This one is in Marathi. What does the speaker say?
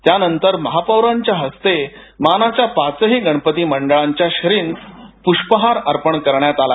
त्यानंतर महापौरांच्या हस्ते मानाच्या पाचही गणपती मंडळांच्या श्रींस प्ष्पहार अर्पण करण्यात आला